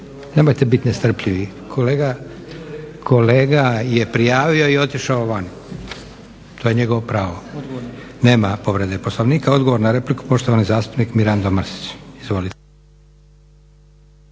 Nemojte biti nestrpljivi. Kolega je prijavio i otišao van. To je njegovo pravo. Nema povrede poslovnika. Odgovor na repliku, poštovani zastupnik Mirano Mrsić.